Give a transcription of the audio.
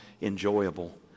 enjoyable